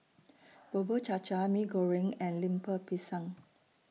Bubur Cha Cha Mee Goreng and Lemper Pisang